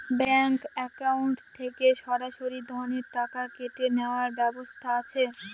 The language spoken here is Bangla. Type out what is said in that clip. ব্যাংক অ্যাকাউন্ট থেকে সরাসরি ঋণের টাকা কেটে নেওয়ার ব্যবস্থা আছে?